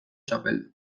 txapeldun